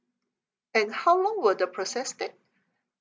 and how long will the process take